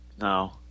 no